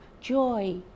joy